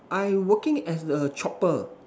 I working as the chopper